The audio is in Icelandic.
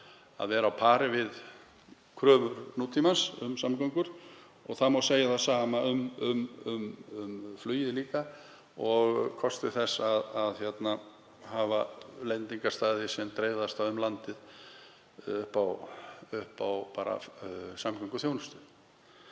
að vera á pari við kröfur nútímans um samgöngur. Það sama má segja um flugið líka og kosti þess að hafa lendingarstaði sem dreifðasta um landið, bara upp á samgönguþjónustu.